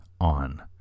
on